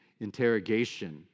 interrogation